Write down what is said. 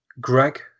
Greg